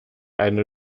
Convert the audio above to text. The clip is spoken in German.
eine